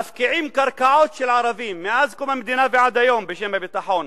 מפקיעים קרקעות של ערבים מאז קום המדינה ועד היום בשם הביטחון,